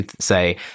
Say